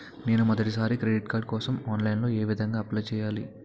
నేను మొదటిసారి credit card కోసం ఆన్లైన్ లో ఏ విధంగా అప్లై చేయాలి?